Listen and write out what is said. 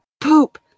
poop